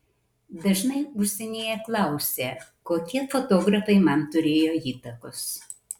dažnai užsienyje klausia kokie fotografai man turėjo įtakos